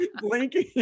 blinking